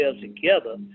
together